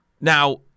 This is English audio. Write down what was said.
Now